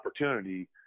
opportunity